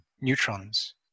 neutrons